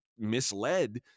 misled